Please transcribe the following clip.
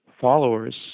followers